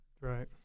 right